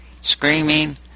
screaming